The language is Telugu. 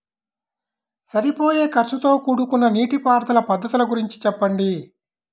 సరిపోయే ఖర్చుతో కూడుకున్న నీటిపారుదల పద్ధతుల గురించి చెప్పండి?